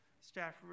staff